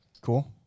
Cool